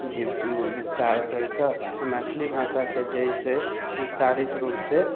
भी विस्तार करिके आओर मैथिली भाषाके जे है से विस्तारित रूपसँ